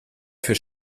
für